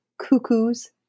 cuckoos